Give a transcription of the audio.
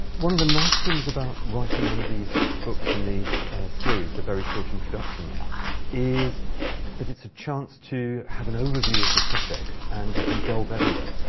one of the nice things about writing one of these books in the series the very short introductions is that it is a chance to have an overview of the subject and you can delve everywhere.